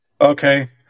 okay